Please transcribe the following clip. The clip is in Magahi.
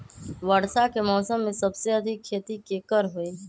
वर्षा के मौसम में सबसे अधिक खेती केकर होई?